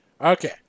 Okay